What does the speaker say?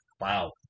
Wow